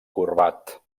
corbat